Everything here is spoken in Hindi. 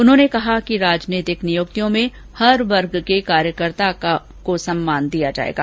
उन्होंने कहा कि राजनीतिक नियुक्तियों में हर वर्ग के कार्यकर्ताओं को सम्मान दिया जायेगा